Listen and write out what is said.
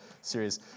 series